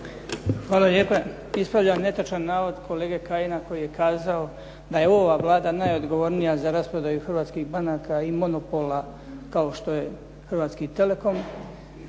Hvala lijepa. Ispravljam netočan navod kolege Kajina koji je kazao da je ova Vlada najodgovornija za rasprodaju hrvatskih banaka i monopola kao što je Hrvatski telekom.